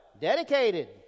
Dedicated